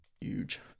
Huge